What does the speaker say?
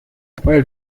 weil